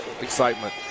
excitement